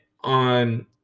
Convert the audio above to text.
on